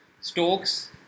Stokes